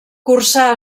cursà